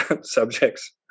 subjects